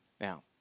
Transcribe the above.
Now